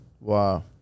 Wow